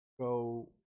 Go